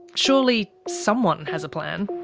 surely. someone has a plan?